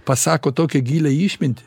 pasako tokią gilią išmintį